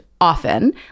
often